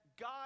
God